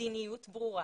מדיניות ברורה,